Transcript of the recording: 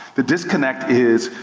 the disconnect is,